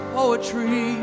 poetry